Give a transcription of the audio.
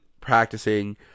practicing